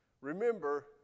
Remember